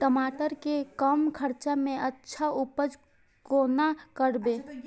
टमाटर के कम खर्चा में अच्छा उपज कोना करबे?